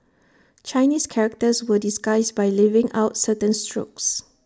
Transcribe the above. Chinese characters were disguised by leaving out certain strokes